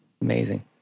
Amazing